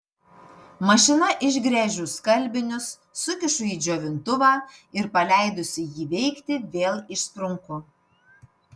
mašina išgręžiu skalbinius sukišu į džiovintuvą ir paleidusi jį veikti vėl išsprunku